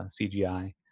CGI